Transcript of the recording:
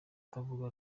atavuga